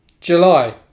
July